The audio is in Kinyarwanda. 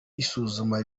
isuzuma